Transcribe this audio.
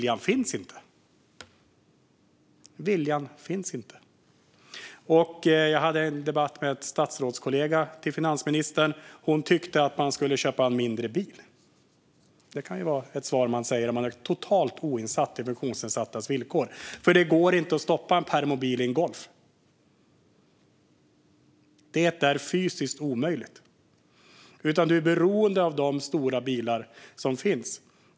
Jag hade en debatt med en av finansministerns statsrådskollegor. Hon tyckte att man skulle köpa en mindre bil. Det är ett svar av någon som är totalt oinsatt i funktionsnedsattas villkor. Det går inte att stoppa en permobil i en Golf. Det är fysiskt omöjligt. Man är beroende av de stora bilar som finns.